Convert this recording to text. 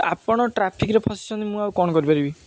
ଆପଣ ଟ୍ରାଫିକରେ ଫସିଛନ୍ତି ମୁଁ ଆଉ କ'ଣ କରିପାରିବି